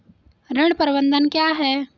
ऋण प्रबंधन क्या है?